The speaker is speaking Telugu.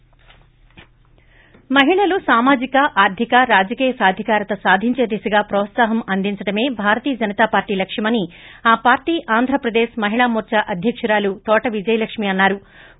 బ్రేక్ మహిళలు సామాజిక ఆర్గిక రాజకీయ సాధికారత సాధించే దిశగా ప్రోత్పాహం అందించడమే భారతీయ జనతా పార్టీ లక్ష్యమని ఆ పార్టీ ఆంధ్రప్రదేశ్ మహిళా మోర్చా అధ్యకురాలు తోట విజయలక్ష్మీ అన్సారు